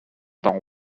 d’en